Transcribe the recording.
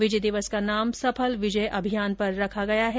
विजय दिवस का नाम सफल विजय अभियान पर रखा गया है